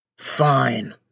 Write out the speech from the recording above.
Fine